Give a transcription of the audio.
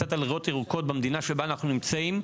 קצת על ריאות ירוקות במדינה שבה אנחנו נמצאים,